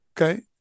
Okay